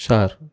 sir